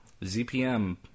ZPM